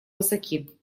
высоки